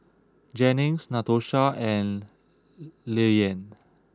Jennings Natosha and Lilyan